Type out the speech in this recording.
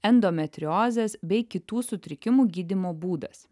endometriozės bei kitų sutrikimų gydymo būdas